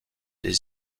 des